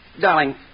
Darling